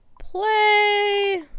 play